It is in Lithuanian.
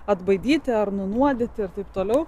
atbaidyti ar nunuodyti ir taip toliau